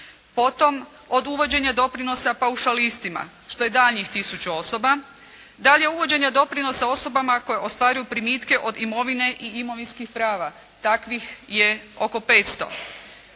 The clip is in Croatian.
Potom od uvođenja doprinosa paušalistima što je daljnjih 1000 osoba. Dalje uvođenje doprinosa osobama koje ostvaruju primitke od imovine i imovinskih prava. Takvih je oko 500.